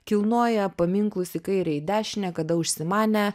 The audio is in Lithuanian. kilnoja paminklus į kairę į dešinę kada užsimanę